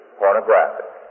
pornographic